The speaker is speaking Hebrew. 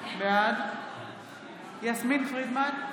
בעד יסמין פרידמן,